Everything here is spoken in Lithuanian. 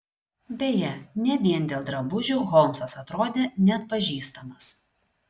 beje ne vien dėl drabužių holmsas atrodė neatpažįstamas